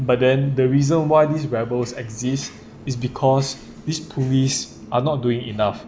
but then the reason why these rebels exist is because these polices are not doing enough